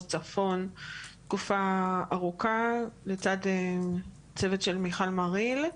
צפון תקופה ארוכה לצד הצוות של מיכל מריל.